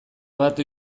bat